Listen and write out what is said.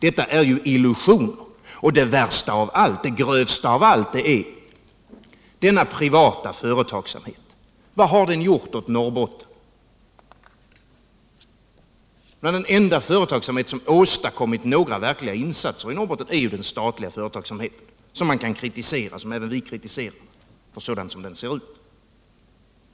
Det är ju bara illusioner, och det grövsta av allt är denna privata företagsamhet! Vad har den gjort för att stödja Norrbotten? Den enda företagsamhet som åstadkommit några verkliga insatser i Norrbotten är den statliga företagsamheten — som man kan kritisera, och som även vi kritiserar, så som den nu ser ut.